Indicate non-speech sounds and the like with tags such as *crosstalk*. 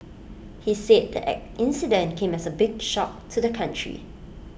he said the *unintelligible* incident came as A big shock to the country